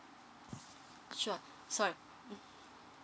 sure so you mm